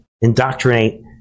indoctrinate